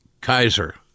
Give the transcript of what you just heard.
Kaiser